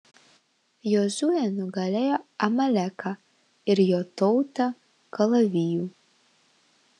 jozuė nugalėjo amaleką ir jo tautą kalaviju